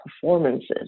performances